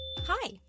Hi